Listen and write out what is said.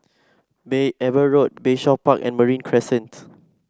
Eber Road Bayshore Park and Marine Crescent